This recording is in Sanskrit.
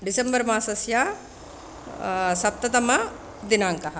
डिसेम्बर् मासस्य सप्ततमदिनाङ्कः